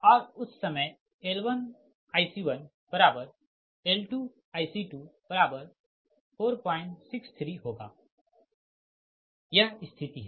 और उस समय L1IC1L2IC2463होगा यह स्थिति है